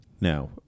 now